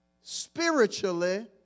spiritually